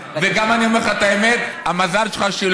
וגם אני אומר לך את האמת: המזל שלך, שהיא,